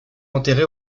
enterré